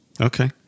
okay